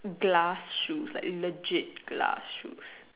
glass shoes like legit glass shoes